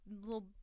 little